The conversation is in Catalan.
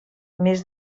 més